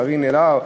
קארין אלהרר,